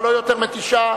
אבל לא יותר מתשעה.